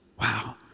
Wow